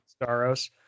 Staros